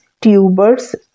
tubers